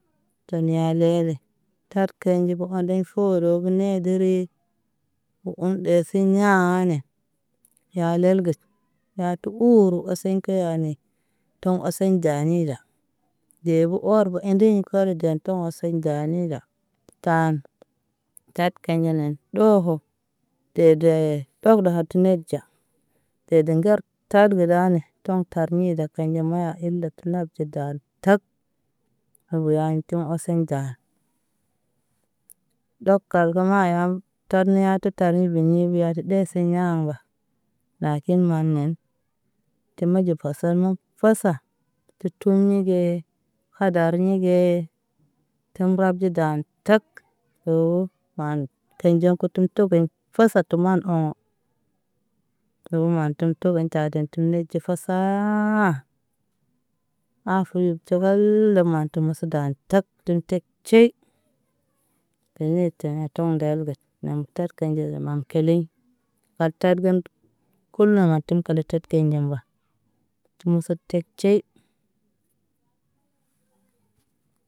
Cɛn ya lɛlɛ taɗ kanɟə ondɛŋ forog nɛ də re. O un ɗɛsiŋ ɲaa a nɛ ya lɛl gɛt yat uru osɛŋ ke yani. Toŋ osɛŋ ɟani ɟa ɟebu ɔrbu ɛndi kɔri ɟɛn toŋ osɛŋ ɟani ɟa. Taan taɗ kɛnɟɛ nɛn ɗoho tɛdɛ yɛ ɗɔk dɔhar tə nɛr ɟa. Tɛdɛ ŋgar taɗ nalɛ toŋ tar ni dɔ kanɟə ma hindak nar ɟə daan tar o vo ya tiŋ ɔsɛ nɟa. Ɗɔk kalga̰ ŋaa yam tɔr niɲa tə taliŋ bel ni beya ɗɛsiŋ ɲaa nga. Lakin ma nɛn ti nɛɟe pasar ma fasa ti tumi ge ha darɲi ge tum rab ɟe ɟan tak. O o maan kanɟan kut m togon fasa to maan o̰o̰. Oo maan tu m togon ɟa ɟɛn tu nɛɟe fasaa. A furi ɟagaal la maan tu m su daan cak m tɛk ci. Kiliye telɛ m toŋ ŋgal git m taɗ kanɟe ye maan kiliŋ. Kal tad gandə kula matim kale tad kanɟe mba tu m usa ca cii.